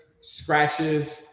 scratches